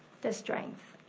the strengths.